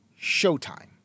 showtime